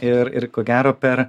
ir ir ko gero per